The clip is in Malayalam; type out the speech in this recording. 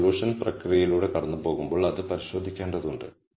നമ്മൾ സൊല്യൂഷൻ പ്രക്രിയയിലൂടെ കടന്നുപോകുമ്പോൾ അത് പരിശോധിക്കേണ്ടതുണ്ട്